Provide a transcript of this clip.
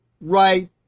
right